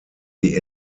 die